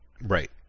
right